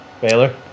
Baylor